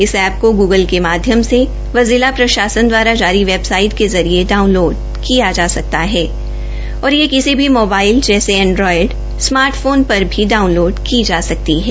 इस ऐप को गुगल के माध्यम से व जिला प्रशासन द्वारा जारी वैबसाईट के जरिये डाउनलोड किया जा सकता है और यह किसी भी मोबाईल जैसे एंड्राएड स्मार्ट फोन पर भी डाउनलोड की जा सकती है